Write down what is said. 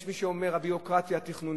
יש מי שאומר הביורוקרטיה התכנונית,